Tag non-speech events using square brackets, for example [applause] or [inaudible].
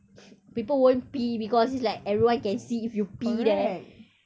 [breath] people won't pee because it's like everyone will see if you pee there